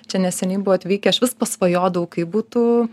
čia neseniai buvo atvykę iš vis pasvajodavau kaip būtų